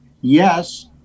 yes